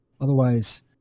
otherwise